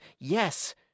yes